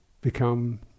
become